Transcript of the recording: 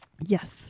Yes